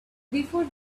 before